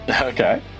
Okay